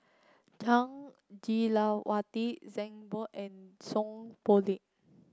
Jah Lelawati Zhang Bohe and Seow Poh Leng